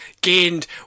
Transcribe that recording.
gained